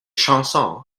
chansons